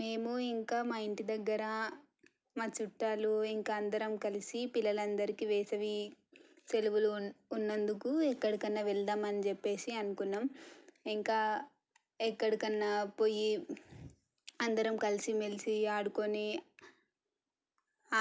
మేము ఇంకా మా ఇంటి దగ్గర మా చుట్టాలు ఇంకా అందరం కలిసి పిల్లల అందరికీ వేసవి సెలవులు ఉన్నందుకు ఎక్కడికైనా వెళదాము అని చెప్పేసి అనుకున్నాము ఇంకా ఎక్కడికైనా పొయ్యి అందరం కలిసి మెలిసి ఆడుకొని